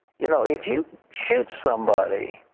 you know if you shoot somebody,